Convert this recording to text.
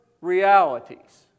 realities